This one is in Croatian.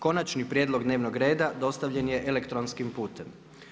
Konačni prijedlog dnevnog reda dostavljen je elektronskim putem.